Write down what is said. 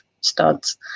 studs